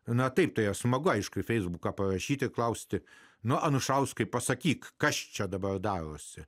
na taip tai smagu aišku feisbuką parašyti klausti nuo anušauskai pasakyk kas čia dabar darosi